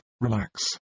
relax